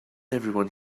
everyone